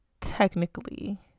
Technically